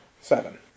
seven